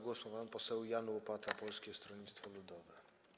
Głos ma pan poseł Jan Łopata, Polskie Stronnictwo Ludowe.